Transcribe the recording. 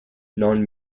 non